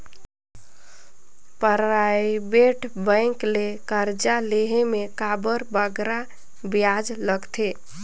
private bank ले करजा लेहे में काबर बगरा बियाज लगथे